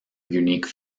unique